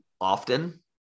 often